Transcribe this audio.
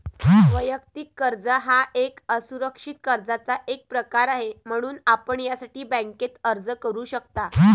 वैयक्तिक कर्ज हा एक असुरक्षित कर्जाचा एक प्रकार आहे, म्हणून आपण यासाठी बँकेत अर्ज करू शकता